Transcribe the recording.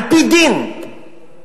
על-פי דין ועל-פי